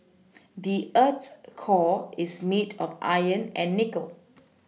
the earth's core is made of iron and nickel